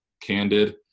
candid